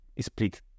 split